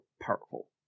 powerful